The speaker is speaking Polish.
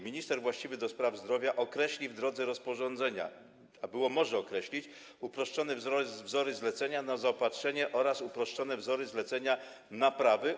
Minister właściwy do spraw zdrowia określi, w drodze rozporządzenia - a było: może określić - uproszczone wzory zlecenia na zaopatrzenie oraz uproszczone wzory zlecenia naprawy,